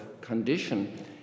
condition